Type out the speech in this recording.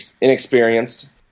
inexperienced